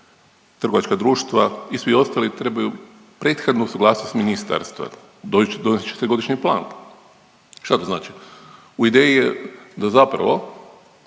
trgovačka društva i svi ostali trebaju prethodnu suglasnost ministarstva. Donest će se godišnji plan. Šta to znači? U ideji je da zapravo